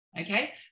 okay